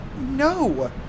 No